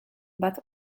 but